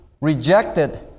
rejected